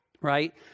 right